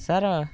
sir